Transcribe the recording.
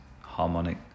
harmonic